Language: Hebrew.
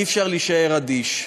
אי-אפשר להישאר אדיש.